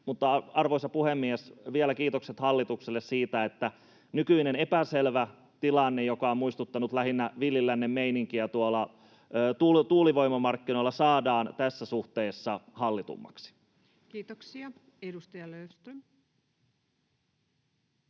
arvoisa puhemies, vielä kiitokset hallitukselle siitä, että nykyinen epäselvä tilanne, joka on muistuttanut lähinnä villin lännen meininkiä tuolla tuulivoimamarkkinoilla, saadaan tässä suhteessa hallitummaksi. Kiitoksia. — Edustaja Löfström.